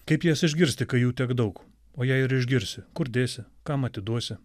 kaip jas išgirsti kai jų tiek daug o jei ir išgirsi kur dėsi kam atiduosi